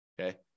Okay